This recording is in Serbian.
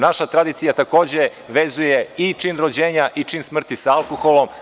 Naša tradicija takođe vezuje i čin rođenja i čin smrti sa alkoholom.